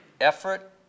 Effort